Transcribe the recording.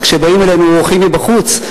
וכשבאים אלינו אורחים מבחוץ,